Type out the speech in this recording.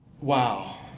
Wow